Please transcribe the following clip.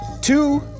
two